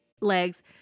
legs